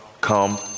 come